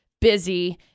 busy